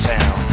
Town